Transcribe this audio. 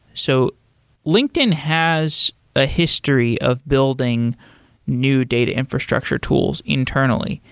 so linkedin has a history of building new data infrastructure tools internally.